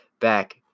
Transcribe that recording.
back